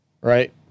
Right